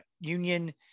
union